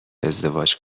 ازدواج